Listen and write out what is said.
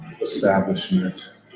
establishment